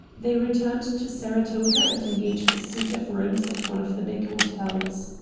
they returned to saratoga and engaged a suite of rooms at one of the big hotels.